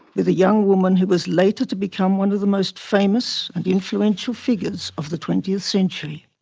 with a young woman who was later to become one of the most famous and influential figures of the twentieth century.